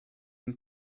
and